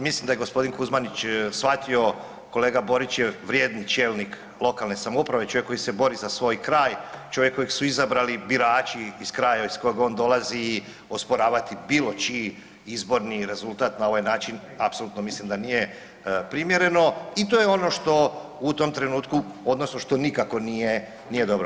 Mislim da je g. Kuzmanić shvatio, kolega Borić je vrijedni čelnik lokalne samouprave, čovjek koji se bori za svoj kraj, čovjek kojeg izabrali birači iz kraja iz kojeg on dolazi i osporavati bilo čiji izborni rezultat na ovaj način apsolutno mislim da nije primjereno i to je ono što u tom trenutku, odnosno što nikako nije dobro.